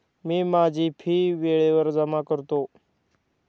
मी माझी फी वेळेवर जमा करतो